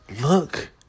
Look